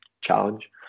challenge